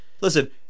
Listen